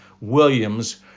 Williams